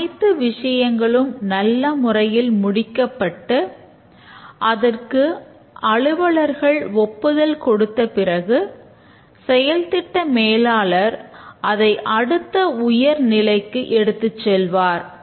அனைத்து விஷயங்களும் நல்லமுறையில் முடிக்கப்பட்டு அதற்கு அலுவலர்கள் ஒப்புதல் கொடுத்த பிறகு செயல் திட்ட மேலாளர் அதை அடுத்த உயர்நிலைக்கு எடுத்துச் செல்வார்